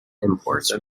imports